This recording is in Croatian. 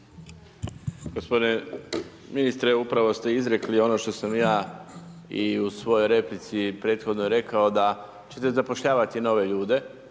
Gospodine ministre upravo ste izrekli ono što sam ja i u svojoj replici prethodnoj rekao da ćete zapošljavati nove ljude